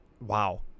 Wow